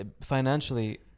financially